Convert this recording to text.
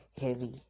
heavy